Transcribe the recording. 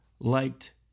liked